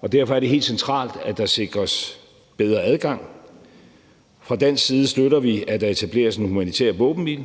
og derfor er det helt centralt, at der sikres bedre adgang. Fra dansk side støtter vi, at der etableres en humanitær våbenhvile;